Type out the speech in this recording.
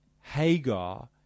Hagar